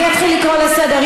אני אתחיל לקרוא לסדר.